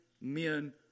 men